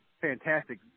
fantastic